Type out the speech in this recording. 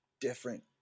different